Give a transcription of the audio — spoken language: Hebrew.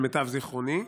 למיטב זיכרוני.